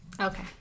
Okay